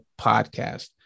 podcast